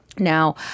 Now